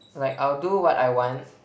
like I'll do what I want